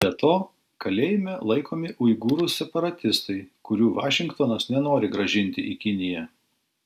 be to kalėjime laikomi uigūrų separatistai kurių vašingtonas nenori grąžinti į kiniją